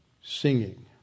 singing